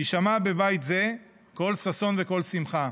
ויישמע בבית זה קול ששון וקול שמחה".